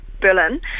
Berlin